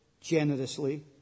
generously